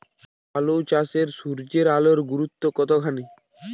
আলু চাষে সূর্যের আলোর গুরুত্ব কতখানি?